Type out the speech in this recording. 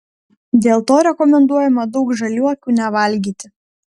dėl to rekomenduojama daug žaliuokių nevalgyti